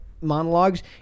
monologues